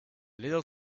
little